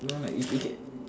no like it it can